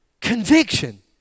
Conviction